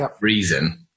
reason